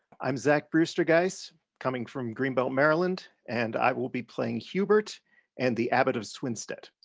i'm zach brewster-geisz coming from greenbelt, maryland, and i will be playing hubert and the abbot of swinstead.